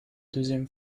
deuxième